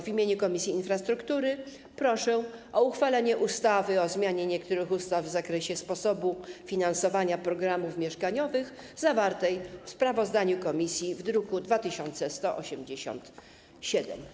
W imieniu Komisji Infrastruktury proszę o uchwalenie ustawy o zmianie niektórych ustaw w zakresie sposobu finansowania programów mieszkaniowych zawartej w sprawozdaniu komisji w druku nr 2187.